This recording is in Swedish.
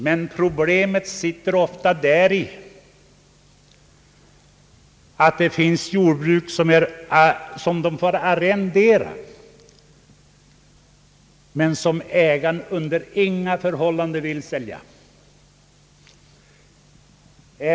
Men problemet ligger ofta däri att ägaren arrenderar ut jordbruket men under inga förhållanden vill sälja det.